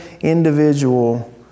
individual